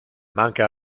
manca